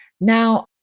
Now